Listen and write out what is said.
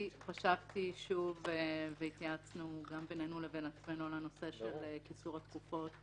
חשבתי שוב והתייעצנו גם בינינו לבין עצמנו על הנושא של קיצור התקופות